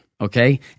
okay